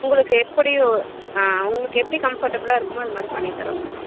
உங்களுக்கு எப்படி ஆ உங்களுக்கு எப்படி கம்ஃபர்டபுளாக இருக்குமோ அதுமாதிரி பண்ணி தரோங்க மேடம்